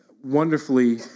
wonderfully